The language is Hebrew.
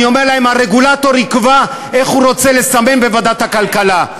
אני אומר להם שהרגולטור יקבע איך הוא רוצה לסמן בוועדת הכלכלה.